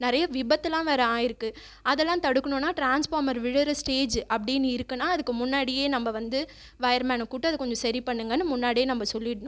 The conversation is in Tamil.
நிறைய விபத்துலாம் வேறு ஆகிருக்கு அதெல்லாம் தடுக்கணும்னா டிரான்ஸ்ஃபாமர் விழற ஸ்டேஜ் அப்படினு இருக்குன்னா அதுக்கு முன்னாடியே நம்ப வந்து வயர் மேனை கூப்டு அதை கொஞ்சம் சரி பண்ணுங்கன்னு முன்னாடியே நம்ப சொல்லிடணும்